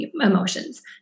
emotions